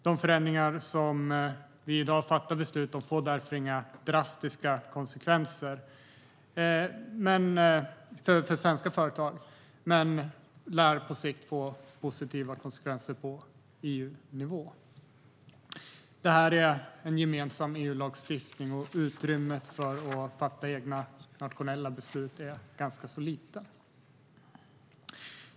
De förändringar som vi i dag ska fatta beslut om får därför inga drastiska konsekvenser för svenska företag men lär på sikt få positiva konsekvenser på EU-nivå. Det här är en gemensam EU-lagstiftning, och utrymmet för att fatta egna nationella beslut är ganska litet.